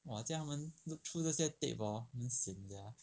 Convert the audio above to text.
!wah! 这样他们 look through 那些 tape hor 很 sian sia